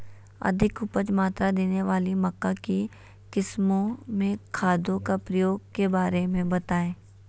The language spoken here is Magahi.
अधिक उपज मात्रा देने वाली मक्का की किस्मों में खादों के प्रयोग के बारे में बताएं?